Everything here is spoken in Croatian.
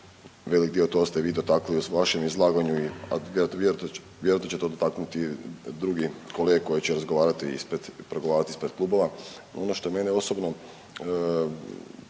velik dio to ste vi dotaknuli u vašem izlaganju i vjerojatno će to potaknuti i druge kolege koji će razgovarati ispred i pregovarati ispred klubova. Ono što mene osobno